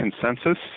consensus